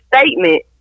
statement